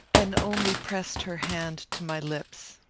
and only pressed her hand to my lips.